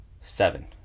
seven